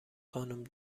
خانوم